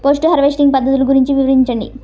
Post harvesting పద్ధతులు గురించి వివరించండి?